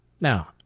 Now